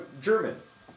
Germans